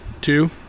Two